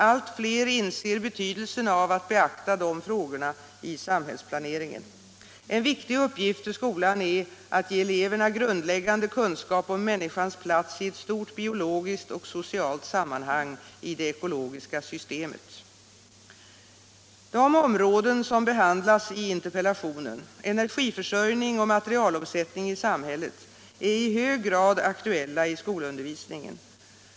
Allt fler inser betydelsen av att beakta dessa frågor i samhällsplaneringen. En viktig uppgift för skolan är att ge eleverna grundläggande kunskap om människans plats i ett stort biologiskt och socialt sammanhang, i det ekologiska systemet. De områden som behandlas i interpellationen — energiförsörjning och materialomsättning i samhället — är i hög grad aktuella i skolundervisningen.